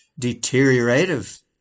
deteriorative